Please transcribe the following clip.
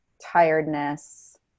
tiredness